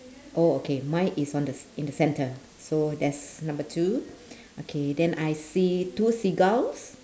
oh okay mine is on the c~ in the centre so that's number two okay then I see two seagulls